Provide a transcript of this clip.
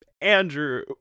andrew